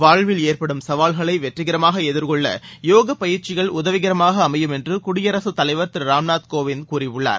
வாழ்வில் ஏற்படும் சவால்களை வெற்றிகரமாக எதிர்கொள்ள யோக பயிற்சிகள் உதவிகரமாக அமையும் தலைவர் என்று குயடிரசு திரு ராம்கோவிந்த் கூறியுள்ளார்